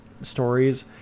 stories